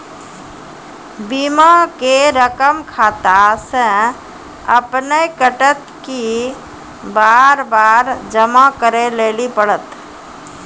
बीमा के रकम खाता से अपने कटत कि बार बार जमा करे लेली पड़त?